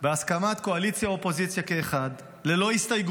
בהסכמת קואליציה ואופוזיציה כאחד, ללא הסתייגות,